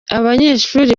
abanyeshuri